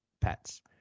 pets